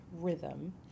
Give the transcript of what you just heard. rhythm